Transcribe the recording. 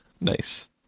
Nice